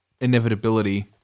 Inevitability